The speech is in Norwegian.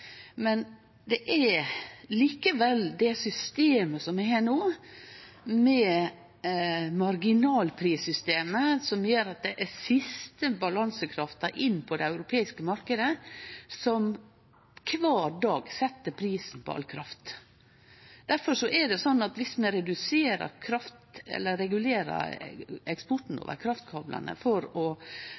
men det er likevel det marginalprissystemet som vi har no, som gjer at det er den siste balansekrafta inn på den europeiske marknaden som kvar deg set prisen på all kraft. Difor er det slik at om vi regulerer eksporten over kraftkablane for å